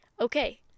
okay